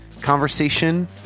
conversation